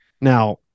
Now